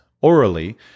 orally